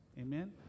Amen